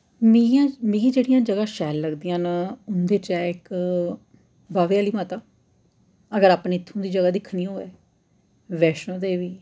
मिगी मिगी जेह्ड़ियां जगहां शैल लगदियां न उं'दे च ऐ इक बहावे आह्ली माता अगर अपनी इत्थूं दी जगह् दिखनी होऐ वैश्नो देवी